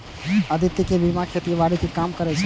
अदिति के मामा खेतीबाड़ी के काम करै छै